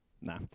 nah